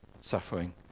suffering